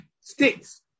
Sticks